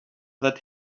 that